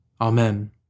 Amen